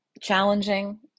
challenging